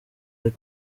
neza